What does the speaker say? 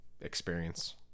experience